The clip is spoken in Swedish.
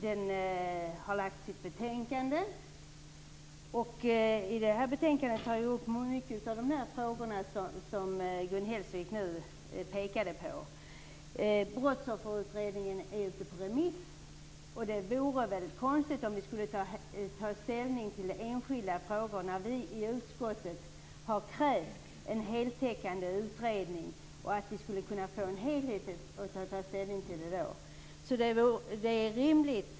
Den har lagt fram sitt betänkande. I det betänkandet tar man upp många av de frågor som Gun Hellsvik pekade på. Brottsofferutredningen är ute på remiss. Det vore väl konstigt om vi skulle ta ställning till enskilda frågor när vi i utskottet har krävt en heltäckande utredning för att sedan kunna ta ställning till helheten.